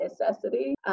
necessity